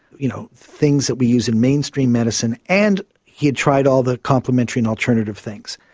you know things that we use in mainstream medicine, and he had tried all the complementary and alternative things,